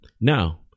Now